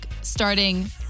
starting